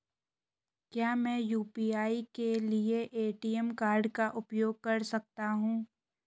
क्या मैं यू.पी.आई के लिए ए.टी.एम कार्ड का उपयोग कर सकता हूँ?